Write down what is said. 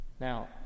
Now